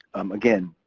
again,